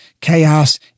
chaos